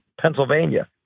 Pennsylvania